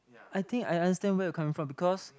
I think I understand where you coming from because